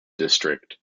district